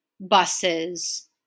buses